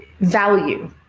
value